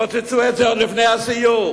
פוצצו את זה עוד לפני הסיור.